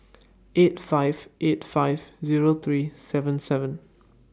eight five eight five Zero three seven seven